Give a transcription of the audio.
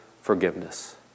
forgiveness